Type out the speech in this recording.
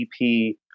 ep